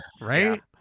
Right